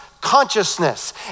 consciousness